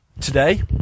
today